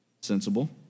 sensible